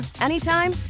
anytime